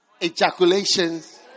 ejaculations